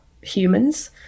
humans